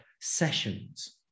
sessions